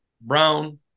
brown